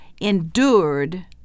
endured